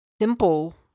simple